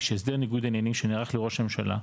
שהסדר ניגוד העניינים שנערך לראש הממשלה,